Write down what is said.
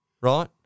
Right